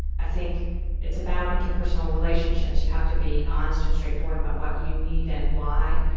i think it's about interpersonal relationships. you have to be honest and straightforward about what you need and why.